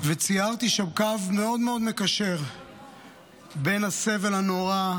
וציירתי שם קו ברור מקשר בין הסבל הנורא,